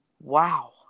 Wow